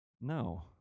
No